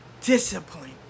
discipline